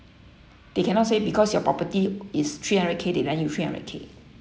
they cannot say because your property is three hundred K they lend you three hundred K